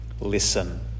listen